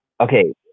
Okay